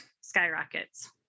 skyrockets